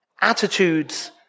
attitudes